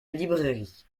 librairie